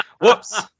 Whoops